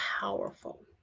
powerful